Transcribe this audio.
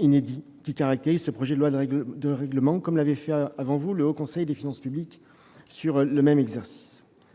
inédit caractérisant ce texte, comme l'avait fait avant vous le Haut Conseil des finances publiques. L'exercice